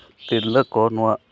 ᱛᱤᱨᱞᱟᱹ ᱠᱚ ᱱᱚᱣᱟ